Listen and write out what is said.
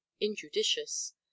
injudicious